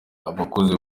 abakuze